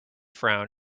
frown